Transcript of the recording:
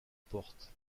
porte